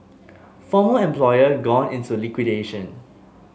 former employer gone into liquidation